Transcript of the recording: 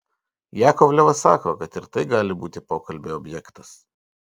jakovlevas sako kad ir tai gali būti pokalbio objektas